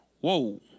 Whoa